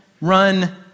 Run